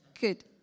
Good